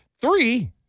three